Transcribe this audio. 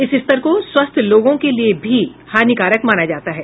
इस स्तर को स्वस्थ लोगों के लिए भी हानिकारक माना जाता है